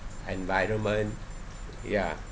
environment ya